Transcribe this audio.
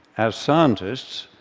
as scientists,